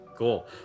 Cool